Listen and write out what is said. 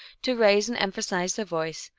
to raise and empha size the voice,